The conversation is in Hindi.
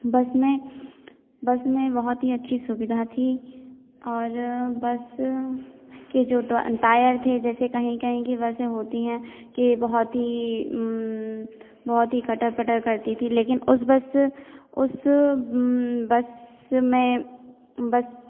बस में बस में बहुत ही अच्छी सुविधा थीं और बस के जो टायर थे जैसे कहीं कहीं की बसें होती हैं कि बहुत ही बहुत ही कटर कटर करती थी लेकिन उस बस उस बस में बस